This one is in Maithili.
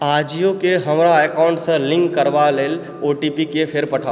आजिओकेँ हमर अकाउंट सँ लिंक करबा लेल ओ टी पी केँ फेर पठाउ